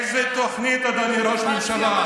איזו תוכנית, אדוני ראש הממשלה?